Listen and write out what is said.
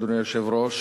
אדוני היושב-ראש,